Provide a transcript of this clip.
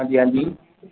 ਹਾਂਜੀ ਹਾਂਜੀ